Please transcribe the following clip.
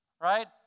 Right